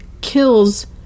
kills